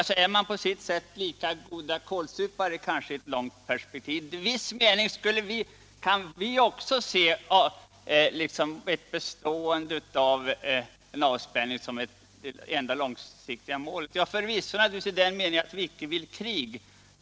I viss mening kan vi se en bestående avspänning som det långsiktiga målet, i den meningen att vi icke vill krig.